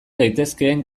daitezkeen